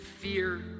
Fear